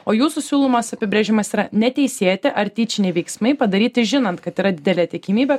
o jūsų siūlomas apibrėžimas yra neteisėti ar tyčiniai veiksmai padaryti žinant kad yra didelė tikimybė